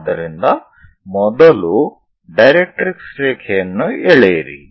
ಆದ್ದರಿಂದ ಮೊದಲು ಡೈರೆಕ್ಟ್ರಿಕ್ಸ್ ರೇಖೆಯನ್ನು ಎಳೆಯಿರಿ